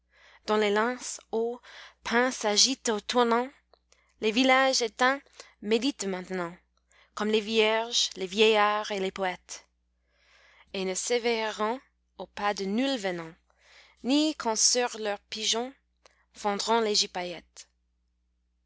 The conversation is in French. pins s'agitent au tournant les villages éteints méditent maintenant comme les vierges les vieillards et les poètes et ne s'éveilleront au pas de nul venant ni quand sur leurs pigeons fondront les